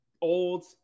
old